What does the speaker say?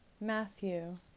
Matthew